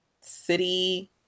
city